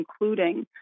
including